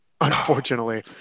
Unfortunately